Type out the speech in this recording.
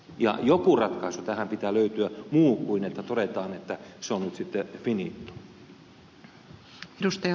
ja joku ratkaisu tähän pitää löytyä muu kuin että todetaan että se on nyt sitten finito